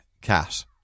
cat